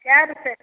कए रुपे